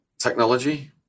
technology